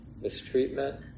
mistreatment